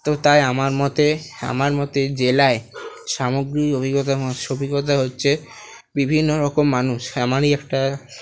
তো তাই আমার মতে আমার মতে জেলায় সামগ্রিক অভিজ্ঞতা অভিজ্ঞতা হচ্ছে বিভিন্ন রকম মানুষ আমারই একটা